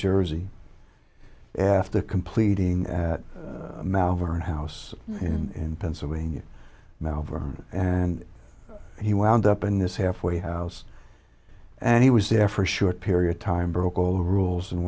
jersey after completing at malvern house in pennsylvania malvern and he wound up in this halfway house and he was there for a short period of time broke all the rules and